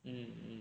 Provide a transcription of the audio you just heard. mm